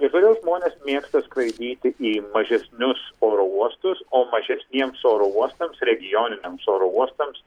ir todėl žmonės mėgsta skraidyti į mažesnius oro uostus o mažesniems oro uostams regioniniams oro uostams